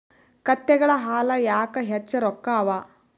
ಕತ್ತೆಗಳ ಹಾಲ ಯಾಕ ಹೆಚ್ಚ ರೊಕ್ಕ ಅವಾ?